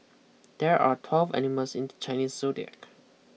there are twelve animals in the Chinese zodiac